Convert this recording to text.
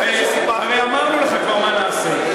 מה תעשה, הרי אמרנו לך כבר מה נעשה.